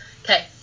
Okay